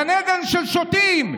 גן עדן של שוטים.